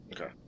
Okay